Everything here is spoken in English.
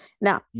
Now